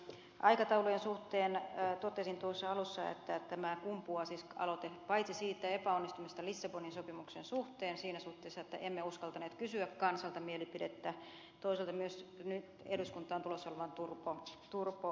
aikataulujen suhteen totesin tuossa alussa että tämä aloite kumpuaa paitsi siitä epäonnistumisesta lissabonin sopimuksen suhteen siinä suhteessa että emme uskaltaneet kysyä kansalta mielipidettä myös toisaalta nyt eduskuntaan tulossa olevasta turpo selonteosta